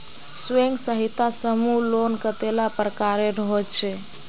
स्वयं सहायता समूह लोन कतेला प्रकारेर होचे?